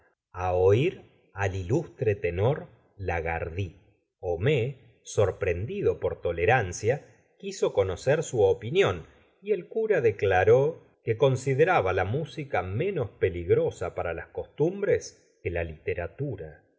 á oir al ilustre tenor lagardy homais sorprendido por tolerancia quiso conocer su opinión y el cura declaró que consideraba la música menos peligrosa para las costumbres que la literatura